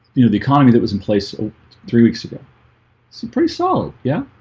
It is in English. you know the economy that was in place three weeks ago so pretty solid yeah,